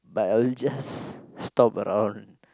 but I'll just stop around